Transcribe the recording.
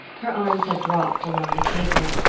her arms had dropped along the table,